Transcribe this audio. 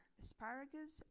asparagus